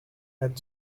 and